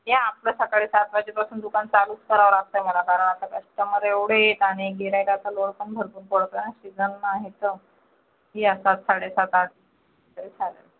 या आपलं सकाळी सात वाजेपासून दुकानं चालूच करावं लागतं मला कारण आता कस्टमर एवढे आहेत आणि गिऱ्हाईकाचा लोड पण भरपूर पडतो आहे सीजन आहे तर या सात साडे सात आठ तरी चालेल